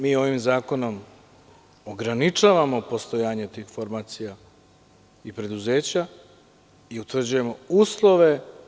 Mi ovim zakonom ograničavamo postojanje tih formacija i preduzeća i utvrđujemo uslove.